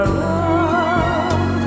love